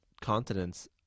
continents